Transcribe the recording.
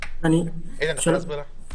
אתה יכול להסביר לה?